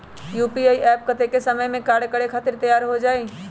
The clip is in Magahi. यू.पी.आई एप्प कतेइक समय मे कार्य करे खातीर तैयार हो जाई?